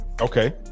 okay